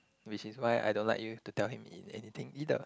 which is why I don't like you to tell him in anything either